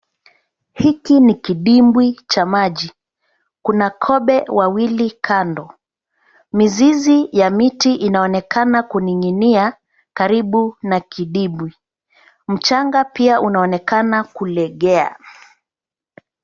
Hiki ni kidimbwi cha maji. Kuna kobe wawili kando. Mizizi ya miti inaonekana kuning'inia karibu na kidibwi. Mchanga pia unaonekana kulegea.